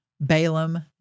Balaam